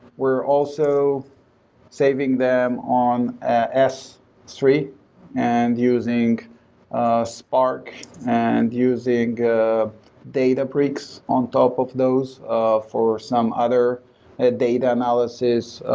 we're also saving them on s three and using spark and using databricks on top of those ah for some other ah data analysis,